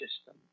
system